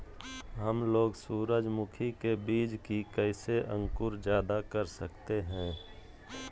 हमलोग सूरजमुखी के बिज की कैसे अंकुर जायदा कर सकते हैं?